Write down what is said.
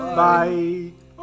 bye